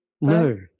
No